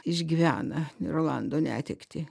išgyvena rolando netektį